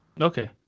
Okay